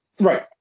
Right